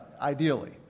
ideally